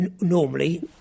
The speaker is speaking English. normally